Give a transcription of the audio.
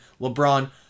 LeBron